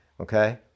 okay